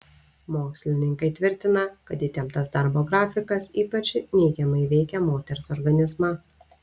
mokslininkai tvirtina kad įtemptas darbo grafikas ypač neigiamai veikia moters organizmą